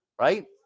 Right